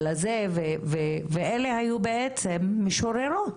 ואלה היו בעצם משוררות.